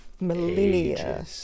millennia